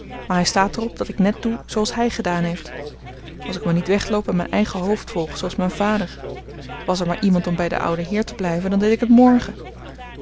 maar hij staat er op dat ik net doe zooals hij gedaan heeft als ik maar niet wegloop en mijn eigen hoofd volg zooals mijn vader was er maar iemand om bij den ouden heer te blijven dan deed ik het morgen